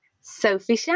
Sophie